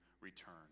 return